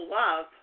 love